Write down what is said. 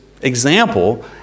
example